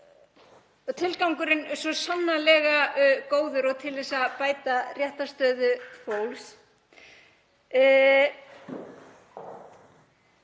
Tilgangurinn er svo sannarlega góður og til þess að bæta réttarstöðu fólks.